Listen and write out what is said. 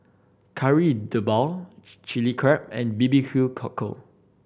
Kari Debal Chilli Crab and B B Q Cockle